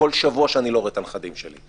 בכל שבוע שאני לא רואה את הנכדים שלי.